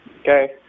Okay